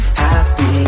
happy